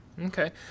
Okay